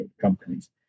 companies